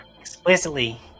explicitly